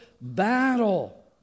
battle